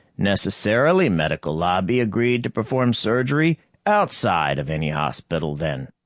necessarily, medical lobby agreed to perform surgery outside of any hospital, then.